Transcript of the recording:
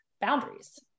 boundaries